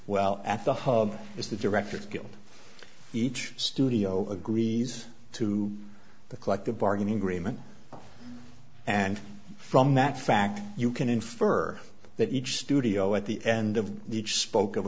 well at the hub is the directors guild each studio agrees to the collective bargaining agreement and from that fact you can infer that each studio at the end of each spoke of